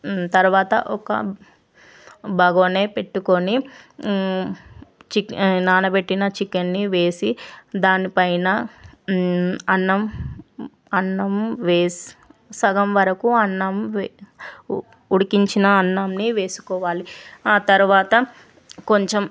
తర్వాత ఒక బగోన్ పెట్టుకొని చికెన్ నానబెట్టుకున్న చికెన్ని వేసి దానిపైన అన్నం అన్నం వేసి సగంవరకు అన్నంవే ఉడికించిన అన్నం అన్నంని వేసుకోవాలి ఆ తర్వాత కొంచెం